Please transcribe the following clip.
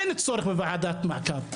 אין צורך בוועדת מעקב,